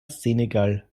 senegal